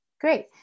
Great